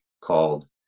called